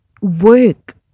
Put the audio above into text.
work